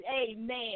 amen